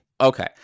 Okay